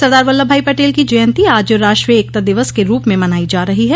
सरदार वल्लभ भाई पटेल की जयंती आज राष्ट्रीय एकता दिवस के रूप में मनाई जा रही है